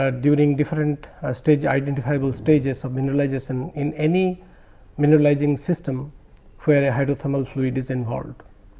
um during different ah stage identifiable stages of mineralization in any mineralizing system where a hydrothermal fluid is involved.